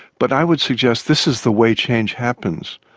but i would suggest this is the way change happens.